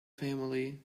family